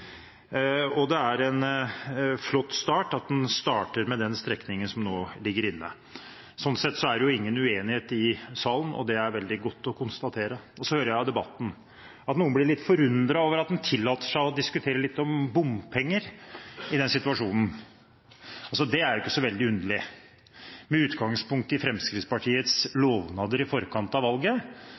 og det er en flott start at en starter med den strekningen som ligger inne. Sånn sett er det ingen uenighet i salen, og det er veldig godt å konstatere. Jeg hører i debatten at noen blir litt forundret over at en tillater seg å diskutere litt om bompenger i den situasjonen. Det er jo ikke så veldig underlig. Med utgangspunkt i Fremskrittspartiets lovnader i forkant av valget